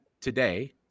today